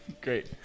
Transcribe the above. Great